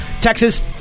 Texas